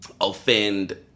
offend